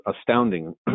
astounding